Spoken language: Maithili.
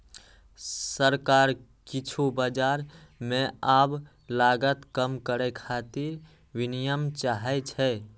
सरकार किछु बाजार मे आब लागत कम करै खातिर विनियम चाहै छै